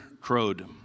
crowed